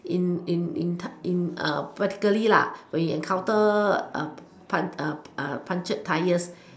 in in in practically lah when you encounter pun~ punctured tyres